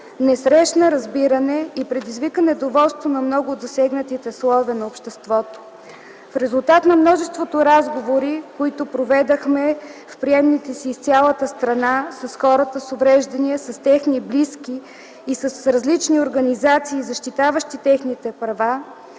не срещна разбиране и предизвика недоволство на много от засегнати слоеве на обществото. В резултат на множеството разговори, които проведохме в приемните си из цялата страна с хората с увреждания, с техни близки и с различни организации, защитаващи техните права,